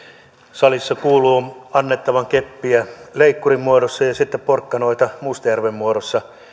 salissa kuuluu annettavan keppiä leikkurimuodossa ja ja sitten porkkanoita mustajärven muodossa